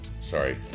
Sorry